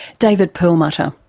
david perlmutter.